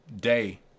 day